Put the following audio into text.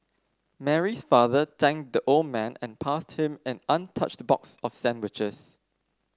Mary's father thanked the old man and passed him an untouched box of sandwiches